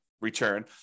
return